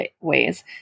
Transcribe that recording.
ways